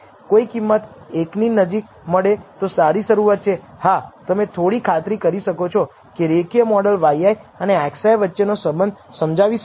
કોઈ કિંમત 1 ની નજીક મળે તે સારી શરૂઆત છે હા તમે થોડી ખાતરી કરી શકો છો કે રેખીય મોડલ yi અને xi વચ્ચે નો સંબંધ સમજાવી શકે છે